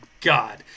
God